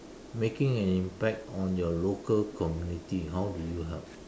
making an impact on your local community how do you help